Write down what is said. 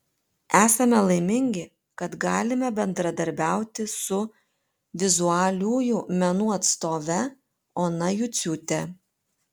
esame laimingi kad galime bendradarbiauti su vizualiųjų menų atstove ona juciūte